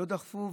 לא דחפו.